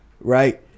Right